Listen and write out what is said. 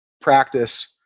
practice